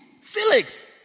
Felix